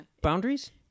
boundaries